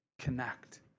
connect